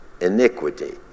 iniquity